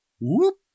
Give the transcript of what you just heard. whoop